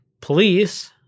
police